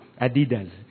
Adidas